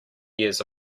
years